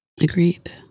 Agreed